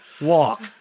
walk